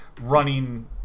running